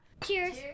cheers